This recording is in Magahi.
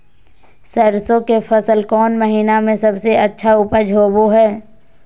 सरसों के फसल कौन महीना में सबसे अच्छा उपज होबो हय?